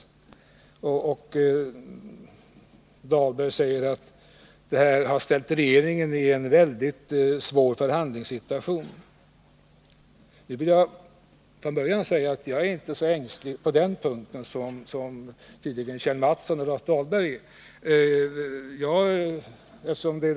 Rolf Dahlberg säger att regeringen här har ställts i en mycket svår förhandlingssituation. Jag är inte så ängslig på den punkten som tydligen Kjell Mattsson och Rolf Dahlberg är.